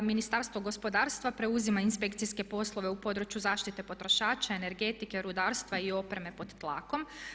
Ministarstvo gospodarstva preuzima inspekcijske poslove u području zaštite potrošača, energetike, rudarstva i opreme pod tlakom.